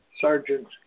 Sergeant